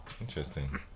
interesting